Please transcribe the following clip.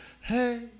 hey